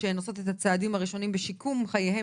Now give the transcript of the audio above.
כשהן עושות את הצעדים הראשוניים בשיקום חייהן